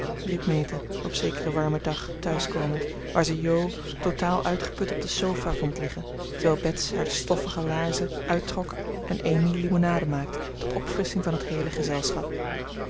meta op zekeren warmen dag thuiskomend waar ze jo totaal uitgeput op de sofa vond liggen terwijl bets haar de stoffige laarzen uittrok en amy limonade maakte tot opfrissching van het heele gezelschap